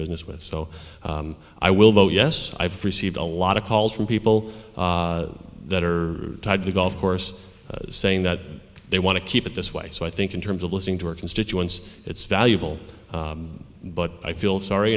business with so i will vote yes i've received a lot of calls from people that are tied to the golf course saying that they want to keep it this way so i think in terms of listening to our constituents it's valuable but i feel sorry